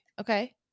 Okay